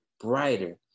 brighter